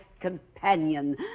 companion